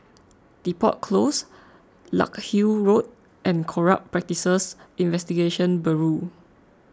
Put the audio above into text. Depot Close Larkhill Road and Corrupt Practices Investigation Bureau